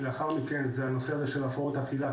לאחר מכן זה הנושא הזה של הפרעות אכילה,